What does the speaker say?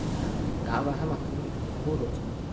अतः गावः मह्यं बहु रोचन्ते